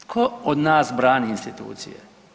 Tko od nas brani institucije?